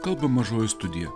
kalba mažoji studija